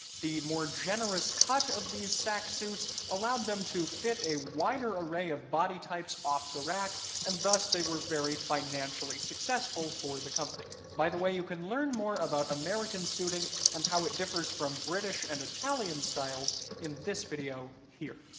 the more generous cut of these sack suits allowed them to fit a wider array of body types off the rack and thus they were very financially successful for the company. by the way, you can learn more about american suiting and how it differs from british and italian styles in this video, here.